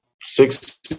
six